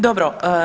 Dobro.